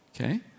Okay